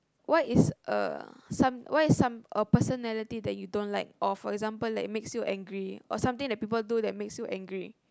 what is uh some what is some a personality that you don't like or for example like makes you angry or something that people do that makes you angry